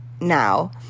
now